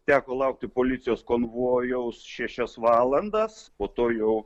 teko laukti policijos konvojaus šešias valandas po to jau